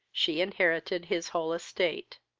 she inherited his whole estate.